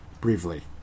briefly